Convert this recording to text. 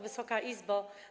Wysoka Izbo!